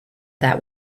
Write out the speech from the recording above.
that